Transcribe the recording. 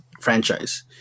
franchise